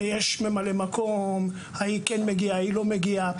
יש ממלאי מקום, ההיא כן מגיעה או לא מגיעה.